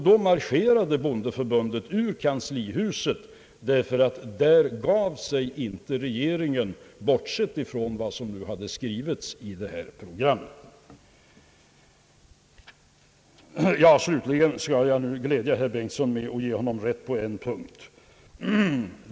Då marscherade bondeförbundet ut ur kanslihuset, ty där gav sig inte regeringen, bortsett från vad som hade skrivits i detta program. Slutligen skall jag glädja herr Bengtson med att ge honom rätt på en punkt.